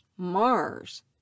Mars